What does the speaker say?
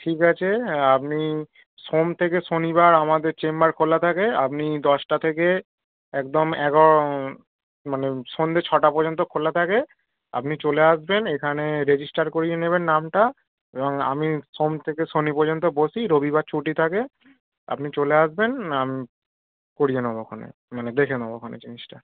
ঠিক আছে আপনি সোম থেকে শনিবার আমাদের চেম্বার খোলা থাকে আপনি দশটা থেকে একদম এগা মানে সন্দে ছটা পর্যন্ত খোলা থাকে আপনি চলে আসবেন এখানে রেজিস্টার করিয়ে নেবেন নামটা এবং আমি সোম থেকে শনি পর্যন্ত বসি রবিবার ছুটি থাকে আপনি চলে আসবেন করিয়ে নেবোখনে মানে দেখে নেবোখনে জিনিসটা